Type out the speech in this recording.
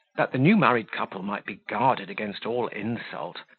that the new-married couple might be guarded against all insult,